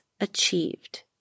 achieved